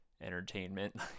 entertainment